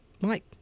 Mike